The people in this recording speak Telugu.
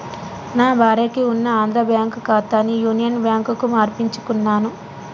నా భార్యకి ఉన్న ఆంధ్రా బ్యేంకు ఖాతాని యునియన్ బ్యాంకుకు మార్పించుకున్నాను